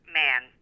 man